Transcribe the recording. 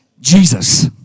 Jesus